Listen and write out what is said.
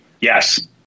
Yes